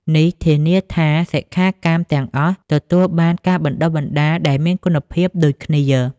នេះធានាថាសិក្ខាកាមទាំងអស់ទទួលបានការបណ្តុះបណ្តាលដែលមានគុណភាពដូចគ្នា។